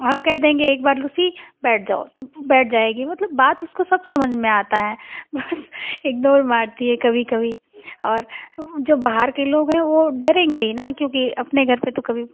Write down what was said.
हम कह देंगे लूसी बैठ जाओ बैठ जायेगी मतलब बात उसको सब समझ में आता है बस एक दो बार मारती है कभी कभी और जो बाहर के लोग हैं वो डरेंगे ही न क्योकि अपने घर पर तो कभी